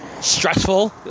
stressful